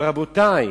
אבל, רבותי,